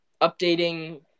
updating